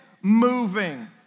moving